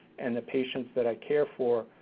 and the patients that i care for,